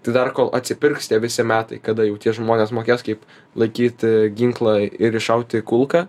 tai dar kol atsipirks tie visi metai kada jau tie žmonės mokės kaip laikyt ginklą ir iššauti kulką